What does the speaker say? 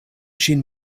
ŝin